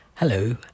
Hello